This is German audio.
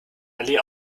allee